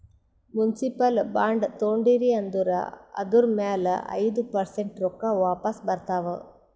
municipal bond ತೊಂಡಿರಿ ಅಂದುರ್ ಅದುರ್ ಮ್ಯಾಲ ಐಯ್ದ ಪರ್ಸೆಂಟ್ ರೊಕ್ಕಾ ವಾಪಿಸ್ ಬರ್ತಾವ್